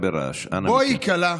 בואי כלה,